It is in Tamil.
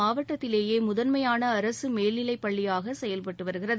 மாவட்டத்திலேயே முதன்மையான அரசு மேல்நிலைப் பள்ளியாக செயல்பட்டு வருகிறது